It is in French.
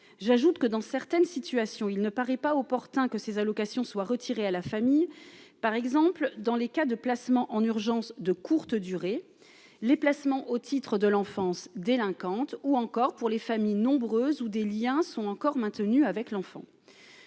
j'ajoute que dans certaines situations, il ne paraît pas opportun que ces allocations soient retirés à la famille par exemple, dans les cas de placement en urgence de courte durée, les placements au titre de l'enfance délinquante ou encore pour les familles nombreuses ou des Liens sont encore maintenus avec l'enfant,